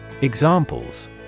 Examples